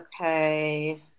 Okay